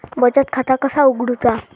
बचत खाता कसा उघडूचा?